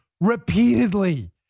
repeatedly